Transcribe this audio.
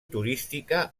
turística